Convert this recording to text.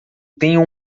tenho